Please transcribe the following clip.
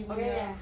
oh ya ya